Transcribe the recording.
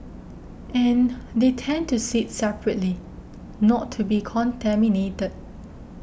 and they tend to sit separately not to be contaminated